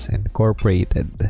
Incorporated